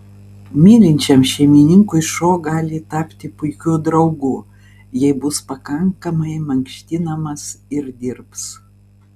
mylinčiam šeimininkui šuo gali tapti puikiu draugu jei bus pakankamai mankštinamas ir dirbs